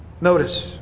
Notice